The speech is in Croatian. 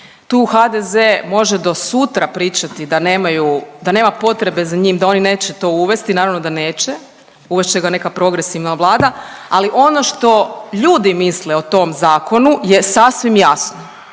tu HDZ može do sutra pričati da nemaju, da nema potrebe za njim, da oni neće to uvesti i naravno da neće, uvest će ga neka progresivna vlada, ali ono što ljudi misle o tom zakonu je sasvim jasno